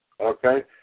Okay